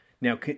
Now